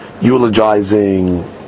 eulogizing